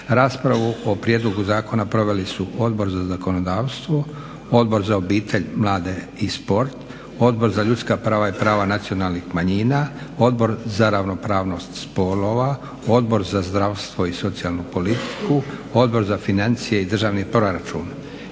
Raspravu o prijedlogu zakona proveli su Odbor za zakonodavstvo, Odbor za obitelj, mlade i sport, Odbor za ljudska prava i prava nacionalnih manjina, Odbor za ravnopravnost spolova, Odbor za zdravstvo i socijalnu politiku, Odbor za financije i državni proračun.